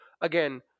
again